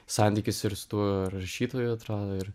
santykis ir su tuo rašytoju atrado ir